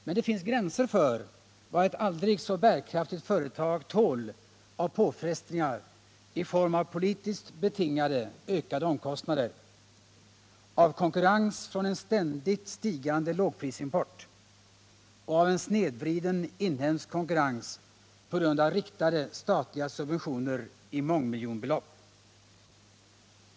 Men det finns gränser för vad ett aldrig så bärkraftigt företag tål av påfrestningar i form av politiskt betingade ökade omkostnader, av konkurrens från en ständigt stigande lågprisimport och av en snedvriden inhemsk konkurrens på grund av riktade statliga subventioner i mångmiljonbelopp.